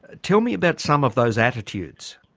ah tell me about some of those attitudes.